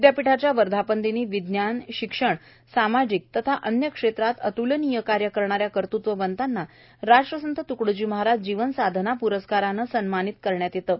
विद्यापीठाच्या वर्धापनदिनी विज्ञानशिक्षणसामाजिक तथा अन्य क्षेत्रात अत्लनीय कार्य करणा या कर्तृत्ववंतास राष्ट्रसंत त्कडोजी महाराज जीवनसाधना प्रस्काराने सन्मानित केले जाते